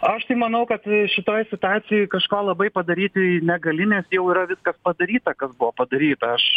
aš tai manau kad šitoj situacijoj kažko labai padaryti negali nes jau yra viskas padaryta kas buvo padaryta aš